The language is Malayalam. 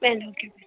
വേണ്ട ഓക്കെ ഓക്കെ